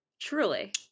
Truly